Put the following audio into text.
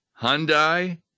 Hyundai